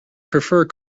prefer